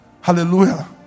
Hallelujah